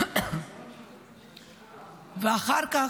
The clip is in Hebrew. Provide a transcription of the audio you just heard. ואחר כך,